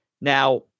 Now